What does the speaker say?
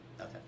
Okay